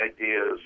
ideas